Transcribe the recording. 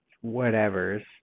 whatever's